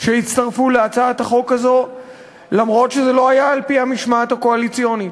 שהצטרפו להצעת החוק הזאת אף שזה לא היה על-פי המשמעת הקואליציונית,